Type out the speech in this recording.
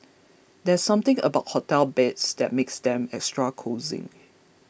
there's something about hotel beds that makes them extra cosy